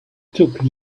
took